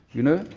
you know,